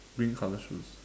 green colour shoes